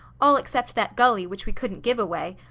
all except that gully, which we couldn't give away.